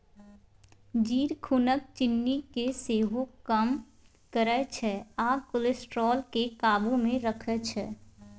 जीर खुनक चिन्नी केँ सेहो कम करय छै आ कोलेस्ट्रॉल केँ काबु मे राखै छै